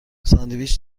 ساندویچ